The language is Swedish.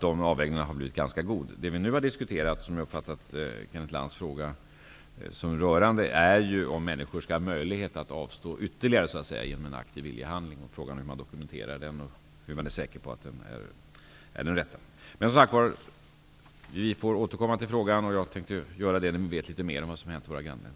Det vi nu har diskuterat, och det som jag har uppfattat att Kenneth Lantz fråga går ut på, är om människor skall ha möjlighet att avstå ytterligare genom en aktiv viljehandling. Frågan är hur man dokumenterar denna vilja, hur man är säker på att den är den rätta. Som sagt var: Vi får återkomma till frågan. Jag tänker göra det när vi vet litet mer om vad som har hänt i våra grannländer.